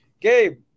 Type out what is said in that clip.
Gabe